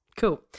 Cool